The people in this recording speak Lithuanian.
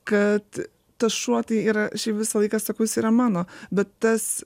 kad tas šuo tai yra šiaip visą laiką sakau jis yra mano bet tas